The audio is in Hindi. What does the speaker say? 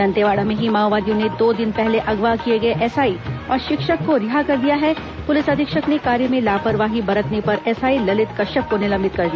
दंतेवाड़ा में ही माओवादियों ने दो दिन पहले अगवा किए गए एसआई और शिक्षक को रिहा कर दिया है पुलिस अधीक्षक ने कार्य में लापरवाही बरतने पर ेएसआई ललित कश्यप को निलंबित कर दिया